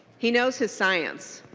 he knows his science.